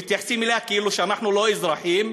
שמתייחסים אלינו כאילו שאנחנו לא אזרחים.